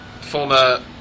Former